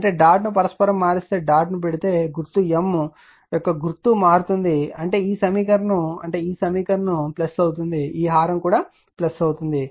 అంటే డాట్ ను పరస్పరం మారిస్తే డాట్ ను పెడితే గుర్తు M యొక్క గుర్తు మారుతుంది అంటే ఈ సమీకరణం అంటే ఈ సమీకరణం అవుతుంది ఈ హారం కూడా అవుతుంది